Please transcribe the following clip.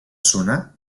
sonar